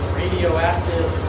radioactive